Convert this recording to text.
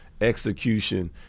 execution